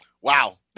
Wow